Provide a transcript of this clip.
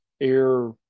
air